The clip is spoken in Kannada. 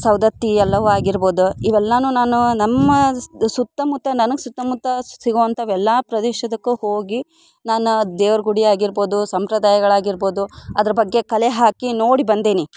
ಸವದತ್ತಿ ಯಲ್ಲವ್ವ ಆಗಿರ್ಬೋದು ಇವೆಲ್ಲವೂ ನಾನೂ ನಮ್ಮ ಸುತ್ತ ಮುತ್ತ ನನಹಗೆ ಸುತ್ತಮುತ್ತ ಸಿಗೋ ಅಂಥವೆಲ್ಲ ಪ್ರದೇಶದಕ್ಕೆ ಹೋಗಿ ನಾನು ದೇವ್ರ ಗುಡಿ ಆಗಿರ್ಬೋದು ಸಂಪ್ರದಾಯಗಳಾಗಿರ್ಬೋದು ಅದ್ರ ಬಗ್ಗೆ ಕಲೆ ಹಾಕಿ ನೋಡಿ ಬಂದೇನಿ